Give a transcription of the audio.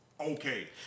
Okay